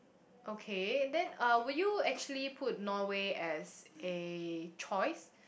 okay then uh would you actually put Norway as a choice